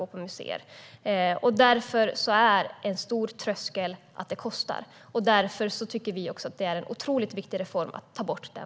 Att det kostar är därför en stor tröskel, och vi tycker att det är en otroligt viktig reform att ta bort den.